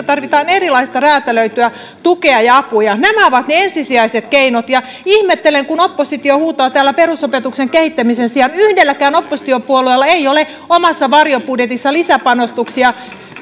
tarvitaan erilaista räätälöityä tukea ja apua nämä ovat ne ensisijaiset keinot ja ihmettelen kun oppositio huutaa täällä perusopetuksen kehittämisen perään yhdelläkään oppositiopuolueella ei ole omassa varjobudjetissaan lisäpanostuksia